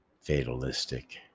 fatalistic